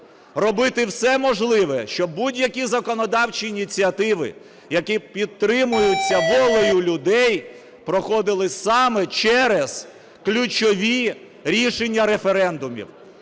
робити все можливе, щоб будь-які законодавчі ініціативи, які підтримуються волею людей, проходили саме через ключові рішення референдумів.